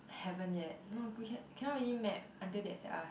haven't yet no we can we cannot really map until they accept up